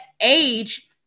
age